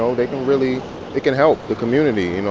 so they can really it can help the community, you know